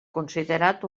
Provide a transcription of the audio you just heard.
considerat